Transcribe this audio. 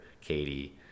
Katie